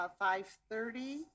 5.30